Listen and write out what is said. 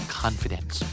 confidence